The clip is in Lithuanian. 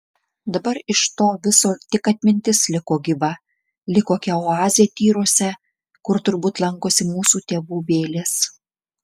dabar iš to viso tik atmintis liko gyva lyg kokia oazė tyruose kur turbūt lankosi mūsų tėvų vėlės